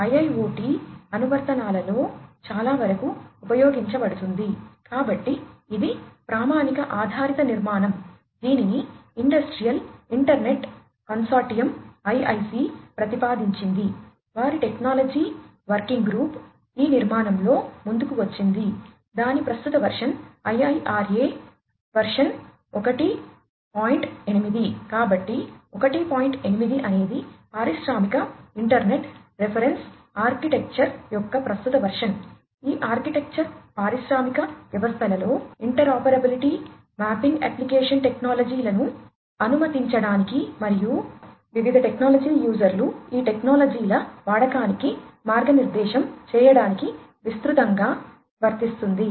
IIRA industrial internet reference architecture ఈ టెక్నాలజీల వాడకానికి మార్గనిర్దేశం చేయడానికి విస్తృతంగా వర్తిస్తుంది